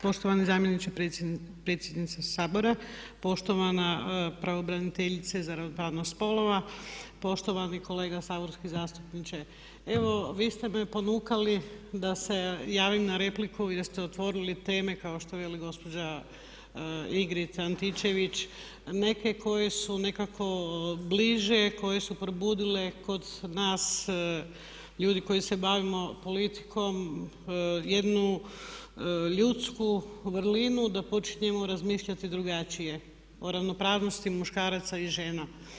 Poštovani zamjeniče predsjednika Sabora, poštovana pravobraniteljice za ravnopravnost spolova, poštovani kolega saborski zastupniče, evo vi ste me ponukali da se javim na repliku jer ste otvorili teme kao što veli gospođa Ingrid Antičević neke koje su nekako bliže, koje su probudile kod nas ljudi koji se bavimo politikom jednu ljudsku vrlinu da počnemo razmišljati drugačije o ravnopravnosti muškaraca i žena.